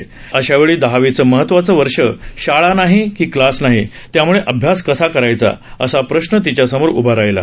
बंदच अशावेळी दहावीच महत्वाचं वर्ष शाळा नाही की क्लास नाही त्यामुळे अभ्यास कसा करायचा असा प्रश्न तिच्या समोर उभा राहिला